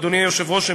אדוני היושב-ראש,